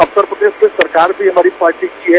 अब तक प्रदेश की सरकार भी हमारी पार्टी की है